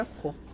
cool